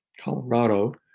Colorado